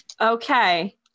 Okay